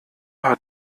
hat